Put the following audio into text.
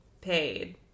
paid